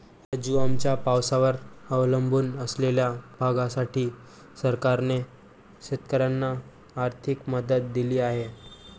राजू, आमच्या पावसावर अवलंबून असलेल्या भागासाठी सरकारने शेतकऱ्यांना आर्थिक मदत केली आहे